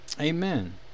Amen